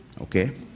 okay